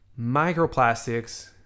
microplastics